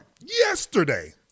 yesterday